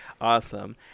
awesome